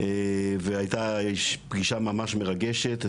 והייתה פגישה ממש מרגשת,